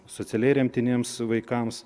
socialiai remtiniems vaikams